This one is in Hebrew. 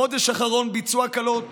בחודש האחרון ביצעו הקלות,